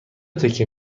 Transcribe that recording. تکه